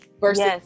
versus